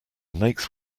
makes